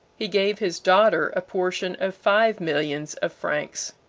he gave his daughter a portion of five millions of francs.